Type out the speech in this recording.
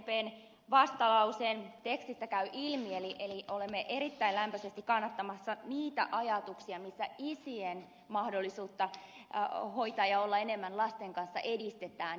sdpn vastalauseen tekstistä käy ilmi että olemme erittäin lämpöisesti kannattamassa niitä ajatuksia missä isien mahdollisuutta hoitaa ja olla enemmän lasten kanssa edistetään